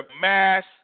mass